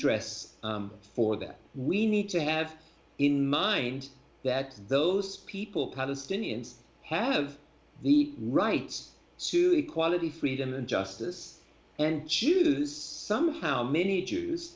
dress for that we need to have in mind that those people palestinians have the rights to equality freedom and justice and choose some how many jews